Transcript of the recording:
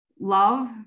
love